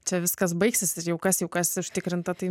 čia viskas baigsis ir jau kas jau kas užtikrinta tai